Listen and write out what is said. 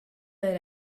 that